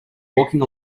walking